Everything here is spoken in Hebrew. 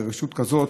לרשות כזאת,